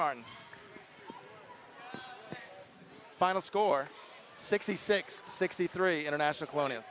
martin final score sixty six sixty three international